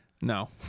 no